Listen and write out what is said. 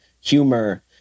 humor